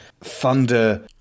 thunder